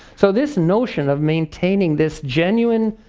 so this notion of maintaining this genuine,